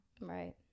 Right